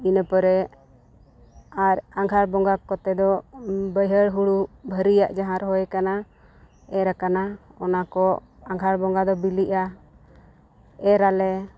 ᱤᱱᱟᱹ ᱯᱚᱨᱮ ᱟᱨ ᱟᱜᱷᱟᱲ ᱵᱚᱸᱜᱟ ᱠᱚᱛᱮ ᱫᱚ ᱵᱟᱹᱭᱦᱟᱹᱲ ᱦᱳᱲᱳ ᱵᱷᱟᱹᱨᱤᱭᱟᱜ ᱡᱟᱦᱟᱸ ᱨᱚᱦᱚᱭ ᱟᱠᱟᱱᱟ ᱮᱨᱟᱠᱟᱱᱟ ᱚᱱᱟ ᱠᱚ ᱟᱜᱷᱟᱲ ᱵᱚᱸᱜᱟ ᱫᱚ ᱵᱤᱞᱤᱜᱼᱟ ᱮᱨᱟᱞᱮ